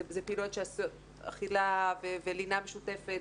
אכילה ולינה משותפת,